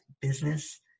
business